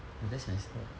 oh that's messed up